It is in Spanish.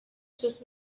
sus